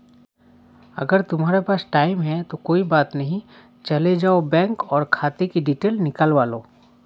अगर तुम्हारे पास टाइम है तो कोई बात नहीं चले जाओ बैंक और खाते कि डिटेल निकलवा लो